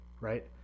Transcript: right